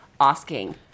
asking